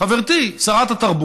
חברתי שרת התרבות,